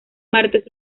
martes